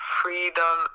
freedom